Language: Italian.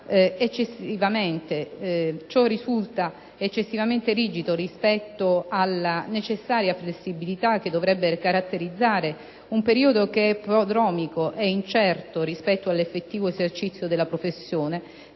Ciò risulta eccessivamente rigido rispetto alla necessaria flessibilità che dovrebbe caratterizzare un periodo prodromico ed incerto rispetto all'effettivo esercizio della professione